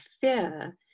fear